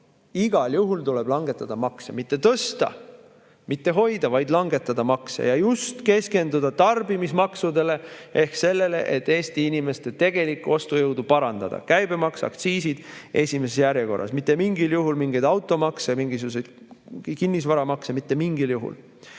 Igal juhul tuleb langetada makse, mitte neid tõsta, mitte hoida [praegusel tasemel], vaid langetada, ja just keskenduda tarbimismaksudele ehk sellele, et Eesti inimeste tegelikku ostujõudu parandada. Käibemaks ja aktsiisid esimeses järjekorras, mitte mingil juhul [ei ole vaja] mingeid automakse ja mingisuguseid kinnisvaramakse, mitte mingil juhul.